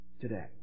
today